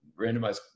randomized